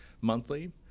monthly